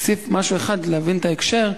אוסיף משהו כדי להבין את ההקשר.